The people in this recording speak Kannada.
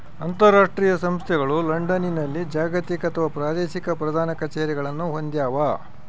ಅಂತರಾಷ್ಟ್ರೀಯ ಸಂಸ್ಥೆಗಳು ಲಂಡನ್ನಲ್ಲಿ ಜಾಗತಿಕ ಅಥವಾ ಪ್ರಾದೇಶಿಕ ಪ್ರಧಾನ ಕಛೇರಿಗಳನ್ನು ಹೊಂದ್ಯಾವ